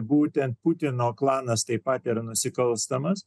būtent putino klanas taip pat ir nusikalstamas